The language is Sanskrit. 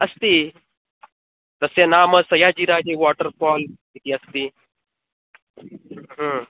अस्ति तस्य नाम सय्याजिराजे वाटर्फ़ोल् इति अस्ति